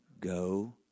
Go